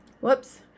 whoops